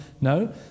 No